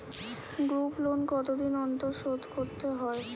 Group loan কতদিন অন্তর শোধকরতে হয়?